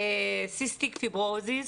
סיסטיק פיברוזיס,